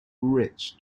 rich